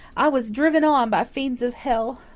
i was driven on by fiends of hell.